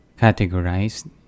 categorized